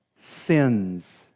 sins